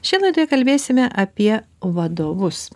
šiandien laidoje kalbėsime apie vadovus